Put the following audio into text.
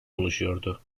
oluşuyordu